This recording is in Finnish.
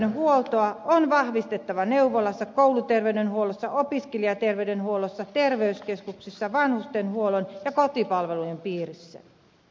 perusterveydenhuoltoa on vahvistettava neuvolassa kouluterveydenhuollossa opiskelijaterveydenhuollossa terveyskeskuksissa vanhustenhuollon ja kotipalvelujen piirissä